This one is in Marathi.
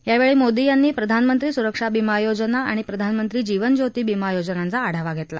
यावेळी मोदी यांनी प्रधानमंत्री सुरक्षा बिमा योजना आणि प्रधानमंत्री जीवन ज्योती बिमा योजनांचा आढावा घेतला